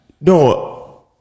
No